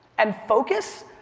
and focus,